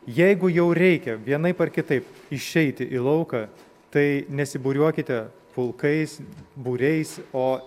jeigu jau reikia vienaip ar kitaip išeiti į lauką tai nesibūriuokite pulkais būriais o